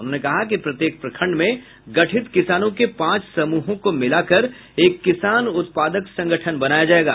उन्होंने कहा कि प्रत्येक प्रखंड में गठित किसानों के पांच समूहों को मिलाकर एक किसान उत्पादक संगठन बनाया जायेगा